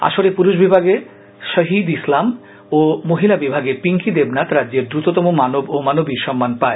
আসরে পুরুষ বিভাগে সাহিদ ইসলাম ও মহিলা বিভাগে পিংকি দেবনাথ রাজ্যের দ্রুততম মানব ও মানবীর সম্মান পায়